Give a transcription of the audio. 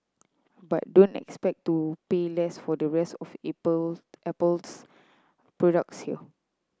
but don't expect to pay less for the rest of Apple's products here